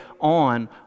on